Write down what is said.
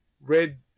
Red